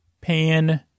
Pan